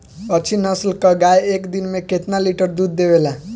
अच्छी नस्ल क गाय एक दिन में केतना लीटर दूध देवे ला?